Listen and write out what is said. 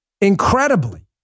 Incredibly